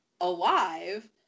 alive